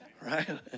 Right